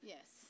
Yes